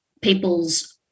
people's